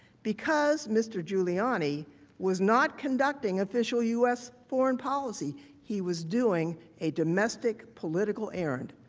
because mr. giuliani was not conducting official u s. foreign policy. he was doing a domestic political errand.